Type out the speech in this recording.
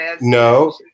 no